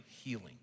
healing